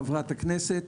חברת הכנסת,